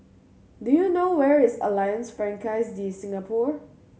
do you know where is Alliance Francaise De Singapour